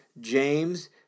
James